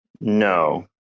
No